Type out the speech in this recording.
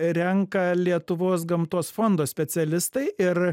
renka lietuvos gamtos fondo specialistai ir